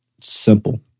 Simple